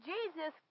Jesus